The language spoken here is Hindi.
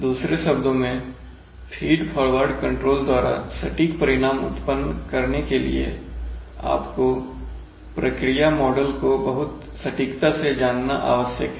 दूसरे शब्दों में फीड फॉरवर्ड कंट्रोल द्वारा सटीक परिणाम उत्पन्न करने के लिए आपको प्रक्रिया मॉडल को बहुत सटीकता से जानना आवश्यक है